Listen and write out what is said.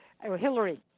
Hillary